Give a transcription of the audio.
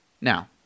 Now